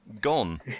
gone